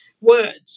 words